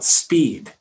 speed